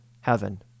heaven